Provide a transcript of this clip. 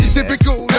typical